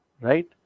right